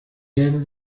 gelben